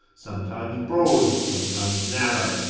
sometimes broad, sometimes narrow,